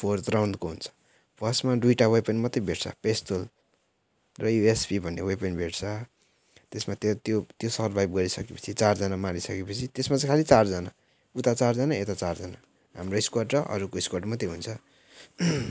fourth राउन्डको हुन्छ फर्स्टमा दुइवटा वेपन मात्रै भेट्छ पिस्तोल र युएसपी भन्ने वेपन भेट्छ त्यसमा त्यो त्यो त्यो सर्भाइभ सके पछि चारजना मारिसके पछि त्यसमा चाहिँ खालि चारजना उता चारजना यता चारजना हाम्रो स्क्वाड र अरूको स्क्वाड मात्रै हुन्छ